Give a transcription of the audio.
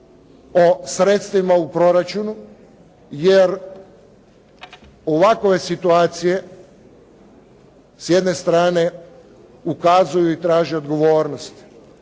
o sredstvima u proračunu, jer ovakove situacije s jedne strane ukazuju i traže odgovornost.